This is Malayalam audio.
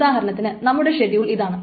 ഉദാഹരണത്തിന് നമ്മുടെ ഷെഡ്യൂൾ ഇതാണ്